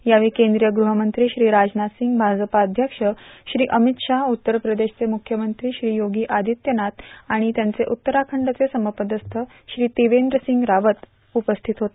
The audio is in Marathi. यावेळी केंद्रीय गृहमंत्री श्री राजनाथ सिंग भाजपा अध्यक्ष श्री अमित शाह उत्तर प्रदेशचे मुख्यमंत्री श्री योगी आदित्यनाथ आणि त्यांचे उत्तराखंडचे समपदस्थ श्री त्रिवेन्द्रसिंग रावत उपस्थित होते